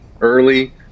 early